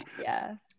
Yes